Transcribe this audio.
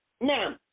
Now